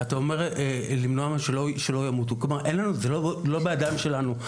אתה אומר שאנחנו צריכים למנוע את זה שהם ימותו וזה לא בידיים שלנו.